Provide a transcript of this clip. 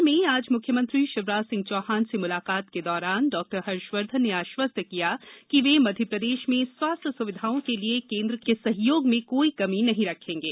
भोपाल में आज मुख्यमंत्री शिवराज सिंह चौहान से मुलाकात के दौरान डॉ हर्षवर्धन ने आशवस्त किया कि वे मध्यप्रदेश में स्वास्थ्य सुविधाओं के लिए केन्द्र के सहयोग में कोई कमी नहीं रखेंगे